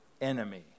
enemy